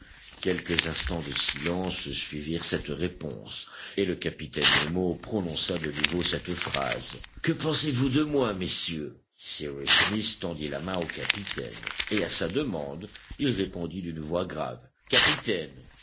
quelques instants de silence suivirent cette réponse et le capitaine nemo prononça de nouveau cette phrase que pensez-vous de moi messieurs cyrus smith tendit la main au capitaine et à sa demande il répondit d'une voix grave capitaine